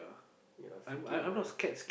they are freaking !aiyah!